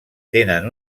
tenen